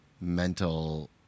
mental